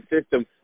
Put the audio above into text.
system